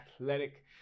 athletic